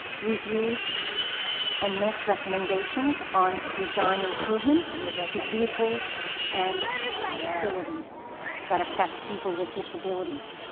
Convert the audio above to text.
reviews and makes recommendations on design improvements to vehicles and facilities that affect people with disabilities,